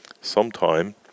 sometime